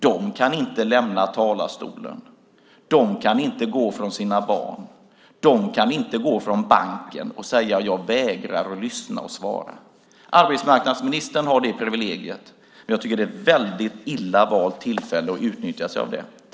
De kan inte lämna talarstolen. De kan inte gå från sina barn. De kan inte gå från banken och säga: Jag vägrar att lyssna och svara. Arbetsmarknadsministern har det privilegiet, men jag tycker att det är ett väldigt illa valt tillfälle att utnyttja det.